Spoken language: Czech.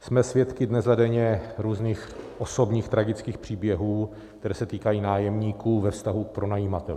Jsme svědky dnes a denně různých osobních tragických příběhů, které se týkají nájemníků ve vztahu k pronajímateli.